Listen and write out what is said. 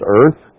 earth